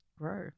grow